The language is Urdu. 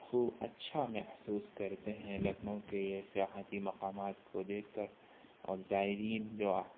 خوب اچھا محسوس کرتے ہیں لکھنؤ کے یہ سیاحتی مقامات کو دیکھ کر اور زائرین جو